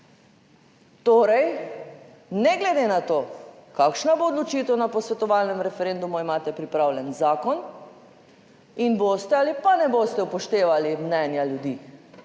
torej ne glede na to kakšna bo odločitev na posvetovalnem referendumu, imate pripravljen zakon in boste ali pa ne boste upoštevali mnenja ljudi.